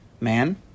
man